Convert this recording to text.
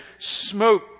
smoke